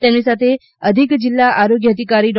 તેમની સાથે અધિક જિલ્લા આરોગ્ય અધિકારી ડૉ